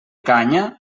canya